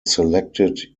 selected